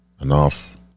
enough